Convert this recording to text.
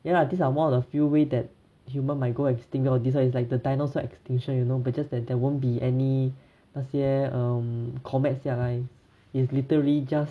ya lah these are one of the few ways that human might go extinct all these so it's like the dinosaur extinction you know but just that there won't be any 那些 um comet 下来 is literally just